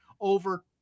over